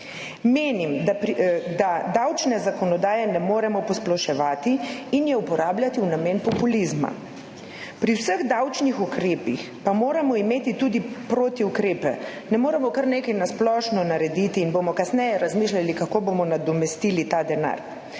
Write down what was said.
Menim, da davčne zakonodaje ne moremo posploševati in je uporabljati v namen populizma. Pri vseh davčnih ukrepih pa moramo imeti tudi protiukrepe. Ne moremo kar nekaj na splošno narediti in bomo kasneje razmišljali, kako bomo nadomestili ta denar.